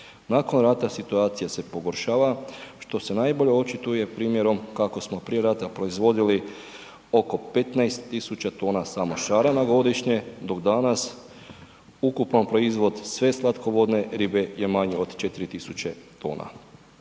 Nakon rata situacija se pogoršala što se najbolje očituje primjerom kako smo prije rata proizvodili oko 15 tisuća tona samo šarana godišnje dok danas ukupan proizvod sve slatkovodne ribe je manji od 4 tisuće tona.